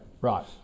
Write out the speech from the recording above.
right